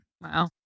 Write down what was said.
Wow